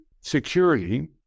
security